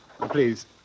Please